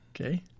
Okay